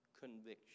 conviction